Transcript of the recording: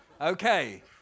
Okay